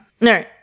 No